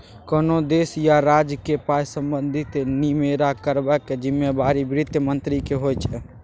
कोनो देश या राज्यक पाइ संबंधी निमेरा करबाक जिम्मेबारी बित्त मंत्रीक होइ छै